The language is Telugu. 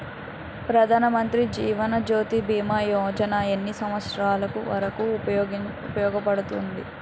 ప్రధాన్ మంత్రి జీవన్ జ్యోతి భీమా యోజన ఎన్ని సంవత్సారాలు వరకు ఉపయోగపడుతుంది?